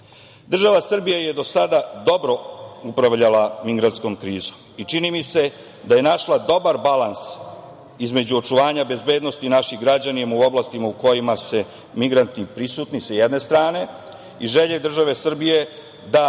Srbija je do sada dobro upravljala migrantskom krizom i čini mi se da je našla dobar balans između očuvanja bezbednosti naših građana u oblastima u kojima se migranti prisutni sa jedne strane i želje države Srbije da